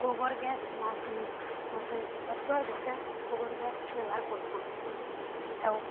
ଗୋବର ଗ୍ୟାସ୍ ହେଲା କିନୁ ସବେ ଘରେ ଗୋବର ଗ୍ୟାସ୍ ବ୍ୟବହାର କରୁଛନ୍ ଆଉ